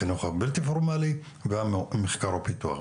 החינוך הבלתי פורמלי והמחקר ופיתוח.